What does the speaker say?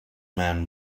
man